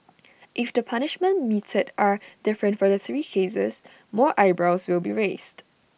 if the punishments meted are different for the three cases more eyebrows will be raised